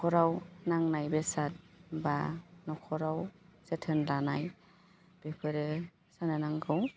नखराव नांनाय बेसाद बा नखराव जोथोन लानाय बेफोरो जोंनो नांगौ